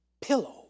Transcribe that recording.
pillow